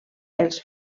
els